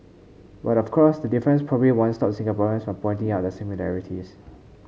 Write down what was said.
but of course the difference probably won't stop Singaporeans from pointing out the similarities